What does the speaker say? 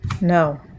No